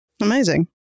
Amazing